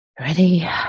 ready